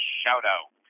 shout-out